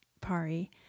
Pari